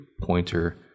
pointer